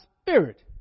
spirit